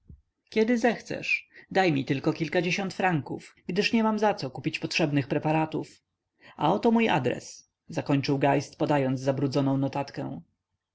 kiedy zechcesz daj mi tylko kilkadziesiąt franków gdyż nie mam zaco kupić potrzebnych preparatów a oto mój adres zakończył geist podając zabrudzoną notatkę